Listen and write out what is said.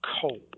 cold